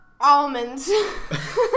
Almonds